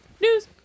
News